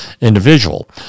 individual